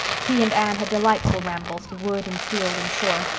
he and anne had delightful rambles to wood and field and shore.